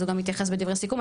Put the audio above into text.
אז הוא גם יתייחס בדברי הסיכום.